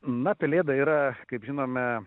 na pelėda yra kaip žinome